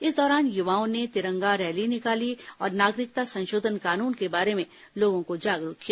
इस दौरान युवाओं ने तिरंगा रैली निकाली और नागरिकता संशोधन कानून के बारे में लोगों को जागरूक किया